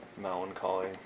Melancholy